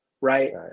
right